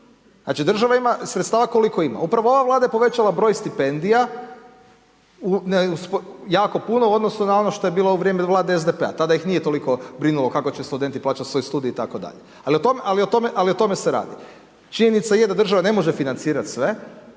Znači država ima sredstava koliko ima. Upravo ova Vlada je povećala broj stipendija, jako puno u odnosu na ono što je bilo u vrijeme Vlade SDP-a. Tada ih nije toliko brinuo kako će studenti plaćati svoj studij itd. Ali o tome se radi. Činjenica je da država ne može financirati sve,